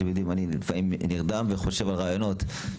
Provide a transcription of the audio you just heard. אני לפעמים נרדם וחושב על רעיונות,